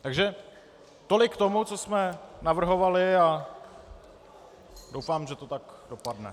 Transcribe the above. Takže tolik k tomu, co jsme navrhovali, a doufám, že to tak dopadne.